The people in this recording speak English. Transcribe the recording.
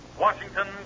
Washington